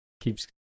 keeps